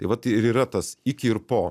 tai vat ir yra tas iki ir po